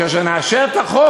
כאשר נאשר את החוק,